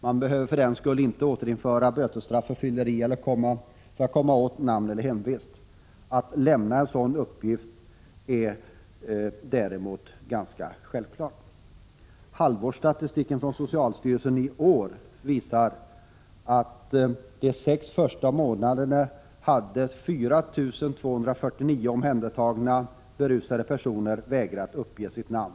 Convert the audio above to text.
Man behöver inte återinföra bötesstraff för fylleri för att komma åt namn eller hemvist. Att en omhändertagen skall lämna sådana uppgifter är däremot ganska självklart. Halvårsstatistiken från socialstyrelsen visar att under de sex första månaderna i år hade 4 249 omhändertagna alkoholberusade personer vägrat uppge sitt namn.